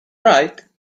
right